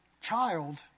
child